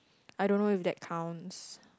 I don't know if that counts